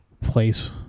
place